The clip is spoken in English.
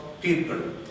people